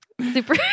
Super